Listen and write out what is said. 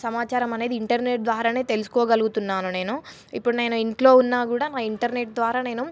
సమాచారం అనేది ఇంటర్నెట్ ద్వారా తెలుసుకోగలుగుతున్నాను నేను ఇప్పుడు నేను ఇంట్లో ఉన్నా కూడా నా ఇంటర్నెట్ ద్వారా నేను